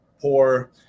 poor